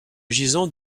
gisant